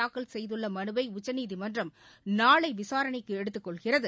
தாக்கல் செய்துள்ள மனுவை உச்சநீதிமன்றம் நாளை விசாரணைக்கு எடுத்துக் கொள்கிறது